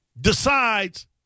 decides